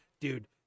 Dude